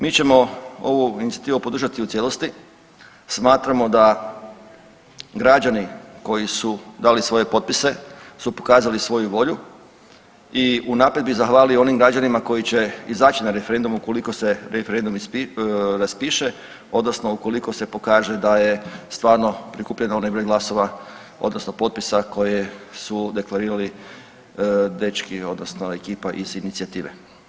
Mi ćemo ovu inicijativu podržati u cijelosti, smatramo da građani koji su dali svoje potpise su pokazali svoju volju i unaprijed bi zahvalio onim građanima koji će izaći na referendum ukoliko se referendum raspiše odnosno ukoliko se pokaže da je stvarno prikupljen onaj broj glasova odnosno potpisa koje su deklarirali dečki odnosno ekipa iz inicijative.